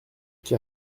qui